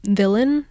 villain